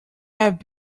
have